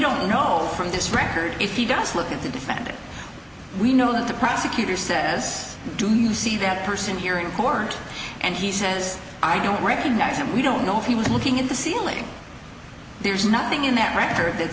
don't know from this record if he does look at the defendant we know that the prosecutor says do me see that person here in court and he says i don't recognize him we don't know if he was looking at the ceiling there's nothing in that record that